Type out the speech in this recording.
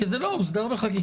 כי זה לא הוסדר בחקיקה.